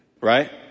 right